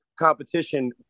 Competition